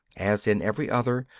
as in every other,